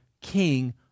king